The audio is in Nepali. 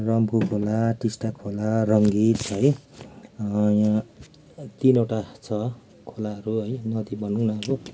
रम्फू खोला टिस्टा खोला रङ्गीत है यहाँ तिनवटा छ खोलाहरू है नदी भनौँ न अब